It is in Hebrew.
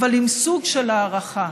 אבל עם סוג של הערכה.